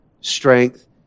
strength